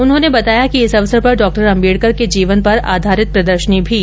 उन्होंने बताया कि इस अवसर पर डॉ अम्बेडकर के जीवन पर आधारित प्रदर्शनी भी लगाई जाएगी